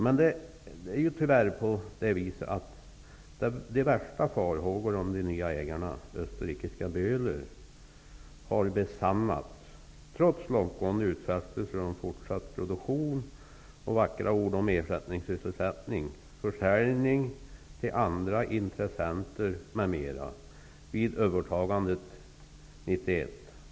Men det är tyvärr på det sättet att de värsta farhågorna om de nya ägarna, österrikiska Böhler, har besannats, trots långtgående utfästelser om fortsatt produktion och vackra ord om ersättningssysselsättning, försäljning till andra intressenter, m.m. vid övertagandet 1991.